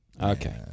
Okay